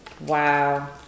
Wow